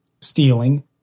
stealing